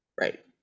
Right